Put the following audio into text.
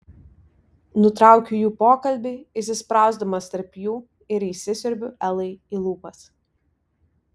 nutraukiu jų pokalbį įsisprausdamas tarp jų ir įsisiurbiu elai į lūpas